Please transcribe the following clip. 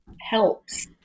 helps